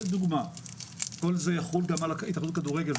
כל זה יחול גם על ההתאחדות לכדורגל,